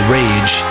Rage